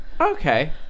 okay